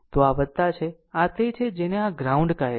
તો આ છે આ તે છે જેને આ ગ્રાઉન્ડ કહે છે